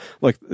look